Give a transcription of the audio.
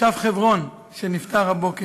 תושב חברון שנפטר הבוקר.